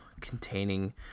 containing